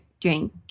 drink